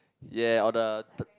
ya or the third